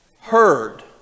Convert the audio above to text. heard